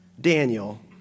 Daniel